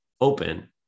open